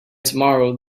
tomorrow